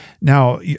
Now